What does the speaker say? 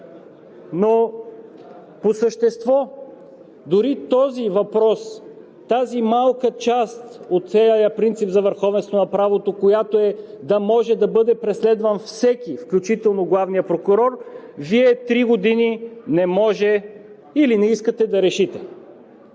По същество – дори този въпрос, тази малка част от целия принцип за върховенство на правото, която е да може да бъде преследван всеки, включително главният прокурор, Вие три години не можете или не искате да решите.